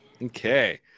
Okay